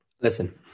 Listen